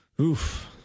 Oof